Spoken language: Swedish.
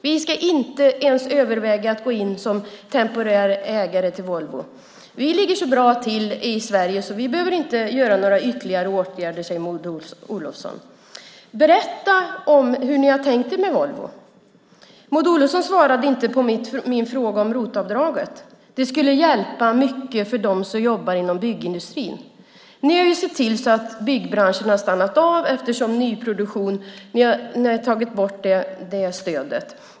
Vi ska inte ens överväga att gå in som temporär ägare till Volvo. Vi ligger så bra till i Sverige så vi behöver inte vidta några ytterligare åtgärder, säger Maud Olofsson. Berätta hur ni har tänkt er med Volvo! Maud Olofsson svarade inte på min fråga om ROT-avdraget. Det skulle hjälpa mycket för dem som jobbar inom byggindustrin. Ni har ju sett till att byggbranschen har stannat av eftersom ni har tagit bort stödet till nyproduktion.